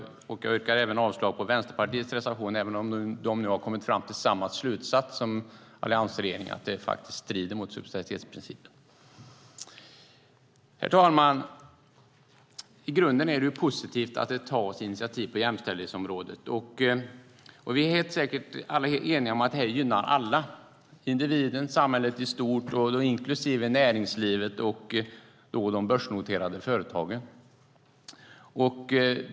Jag yrkar även avslag på Vänsterpartiets reservation, även om de nu har kommit fram till samma slutsats som alliansregeringen, att det faktiskt strider mot subsidiaritetsprincipen. Herr talman! I grunden är det positivt att det tas initiativ på jämställdhetsområdet. Vi är helt säkert eniga om att det här gynnar alla, individen och samhället i stort, inklusive näringslivet och de börsnoterade företagen.